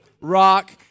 rock